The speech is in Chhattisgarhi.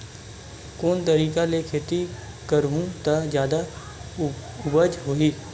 कोन तरीका ले खेती करहु त जादा उपज होही?